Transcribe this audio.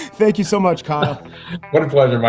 thank you so much, carl what a pleasure. mark,